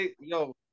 yo